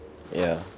ya